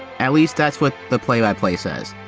at least, that's what the play-by-play says.